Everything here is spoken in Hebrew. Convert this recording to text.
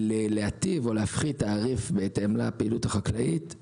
להיטיב או להפחית תעריף בהתאם לפעילות החקלאית;